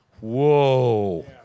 whoa